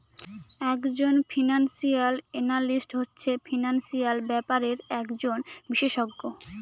এক জন financial analyst হচ্ছে ফিনান্সিয়াল ব্যাপারের একজন বিশষজ্ঞ